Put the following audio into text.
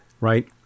right